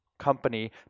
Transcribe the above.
company